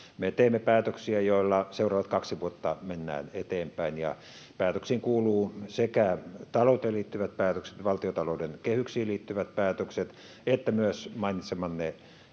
teemme päätöksiä, joilla seuraavat kaksi vuotta mennään eteenpäin. Ja päätöksiin kuuluvat sekä talouteen liittyvät päätökset, valtiontalouden kehyksiin liittyvät päätökset että myös mainitsemanne